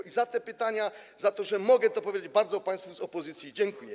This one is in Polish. I za te pytania, za to, że mogę to powiedzieć, bardzo państwu z opozycji dziękuję.